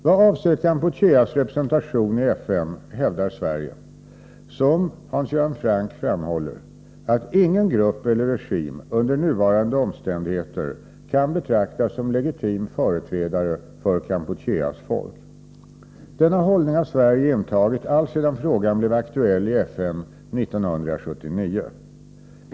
Vad avser Kampucheas representation i FN hävdar Sverige, som Hans Göran Franck framhåller, att ingen grupp eller regim under nuvarande omständigheter kan betraktas som legitim företrädare för Kampucheas folk. Denna hållning har Sverige intagit alltsedan frågan blev aktuell i FN 1979.